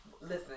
Listen